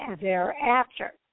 thereafter